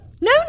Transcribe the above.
No